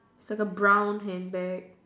it's like a brown hand bag